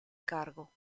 cargo